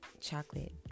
chocolate